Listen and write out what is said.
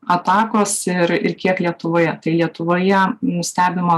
atakos ir ir kiek lietuvoje tai lietuvoje nustebimo